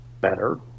better